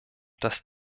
dass